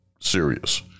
serious